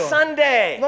Sunday